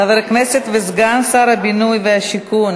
חבר הכנסת וסגן שר הבינוי והשיכון